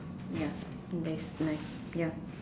ya that's nice ya